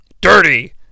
dirty